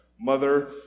mother